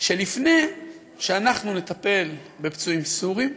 שלפני שאנחנו נטפל בפצועים סורים,